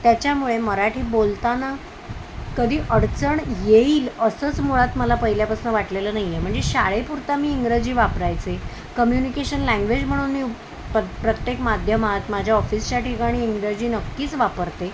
त्याच्यामुळे मराठी बोलताना कधी अडचण येईल असंच मुळात मला पहिल्यापासनं वाटलेलं नाहीये म्हणजे शाळेपुरता मी इंग्रजी वापरायचे कम्युनिकेशन लँग्वेज म्हणून येऊ प प्रत्येक माध्यमात माझ्या ऑफिसच्या ठिकाणी इंग्रजी नक्कीच वापरते